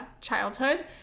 childhood